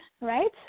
right